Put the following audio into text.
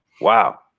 Wow